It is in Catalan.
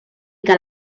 que